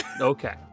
Okay